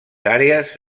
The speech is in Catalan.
àrees